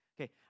Okay